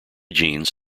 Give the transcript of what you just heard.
genes